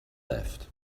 left